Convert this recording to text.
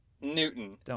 Newton